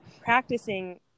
practicing